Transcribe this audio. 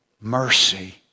mercy